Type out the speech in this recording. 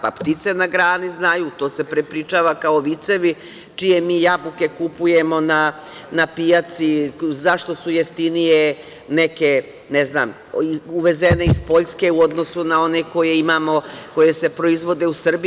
Ptice na grani znaju, to se prepričava kao vicevi, čije mi jabuke kupujemo na pijaci i zašto su jeftinije neke, ne znam, uvezene iz Poljske u odnosu na one koje imamo, koje se proizvode u Srbiji.